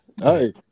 Hey